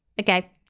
Okay